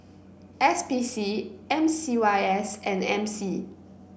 S P C M C Y S and M C